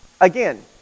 again